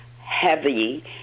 heavy